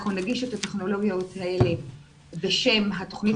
אנחנו נגיש את הטכנולוגיות האלה בשם התוכנית